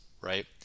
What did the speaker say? right